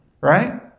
Right